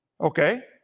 Okay